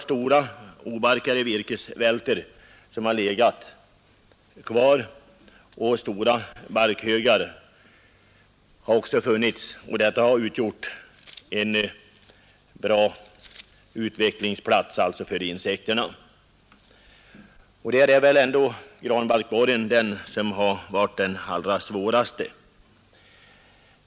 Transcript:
Stora obarkade virkesvältor har legat kvar liksom stora barkhögar, och där har insekterna haft goda utvecklingsplatser. Granbarkborren är väl den insekt som förorsakat de allra svaruste skadorna.